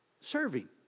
serving